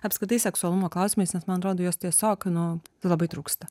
apskritai seksualumo klausimais nes man atrodo jos tiesiog nu labai trūksta